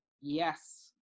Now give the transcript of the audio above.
Yes